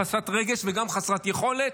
חסרת רגש וגם חסרת יכולת,